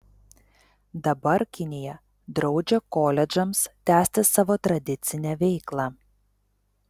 dabar kinija draudžia koledžams tęsti savo tradicinę veiklą